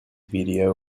video